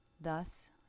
thus